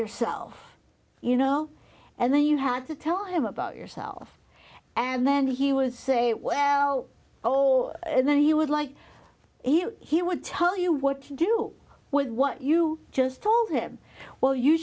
yourself you know and then you had to tell him about yourself and then he was a well oh and then he would like he would tell you what to do with what you just told him well you